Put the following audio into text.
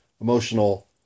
emotional